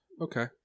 Okay